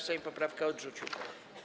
Sejm poprawkę odrzucił.